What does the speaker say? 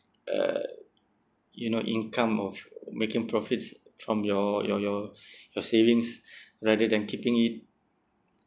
uh you know income of making profits from your your your your savings rather than keeping it